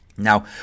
Now